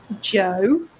Joe